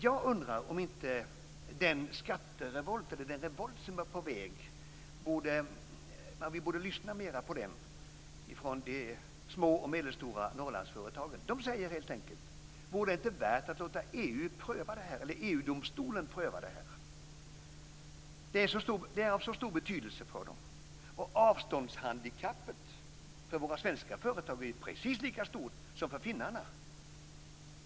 Jag undrar om vi inte borde lyssna mera på den revolt som är på väg från de små och medelstora Norrlandsföretagen. De undrar helt enkelt om det inte vore värt att låta EG-domstolen pröva detta. Det är av så stor betydelse för dem. Avståndshandikappet för våra svenska företag är precis lika stort som för finnarna.